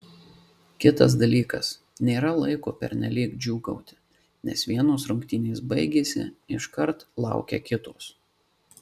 kitas dalykas nėra laiko pernelyg džiūgauti nes vienos rungtynės baigėsi iškart laukia kitos